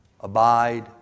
abide